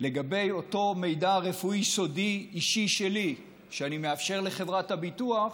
לגבי אותו מידע רפואי סודי אישי שלי שאני מאפשר לחברת הביטוח,